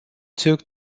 took